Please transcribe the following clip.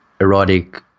erotic